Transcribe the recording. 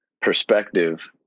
perspective